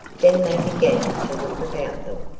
then they began to look about them.